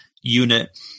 unit